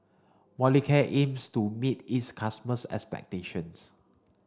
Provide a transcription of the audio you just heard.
Molicare aims to meet its customers' expectations